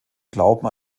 glauben